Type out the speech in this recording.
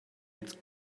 its